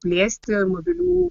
plėsti mobilių